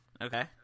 Okay